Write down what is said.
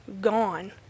gone